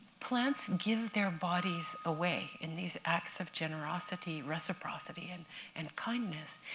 plants give their bodies away in these acts of generosity, reciprocity, and and kindness.